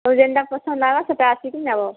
ତୁମକୁ ଯେନ୍ତା ପସନ୍ଦ ଲାଗବା ସେଟା ଆସିକି ନେବ